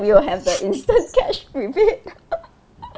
we will have the instant cash rebate